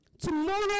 Tomorrow